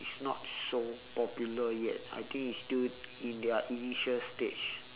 it's not so popular yet I think it's still in their initial stage